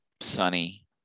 sunny